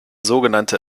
sogenannte